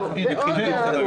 האם ה-20 שיש לנו הם מקרים כאלה?